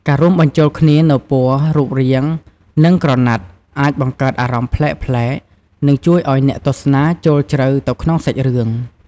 ការរួមបញ្ចូលគ្នានូវពណ៌ រូបរាង និងក្រណាត់ អាចបង្កើតអារម្មណ៍ប្លែកៗ និងជួយឱ្យអ្នកទស្សនាចូលជ្រៅទៅក្នុងសាច់រឿង។